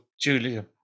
Julia